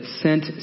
sent